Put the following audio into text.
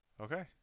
Okay